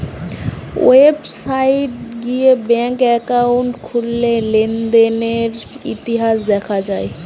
website গিয়ে bank account খুললে লেনদেনের ইতিহাস দেখা যায়